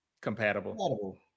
compatible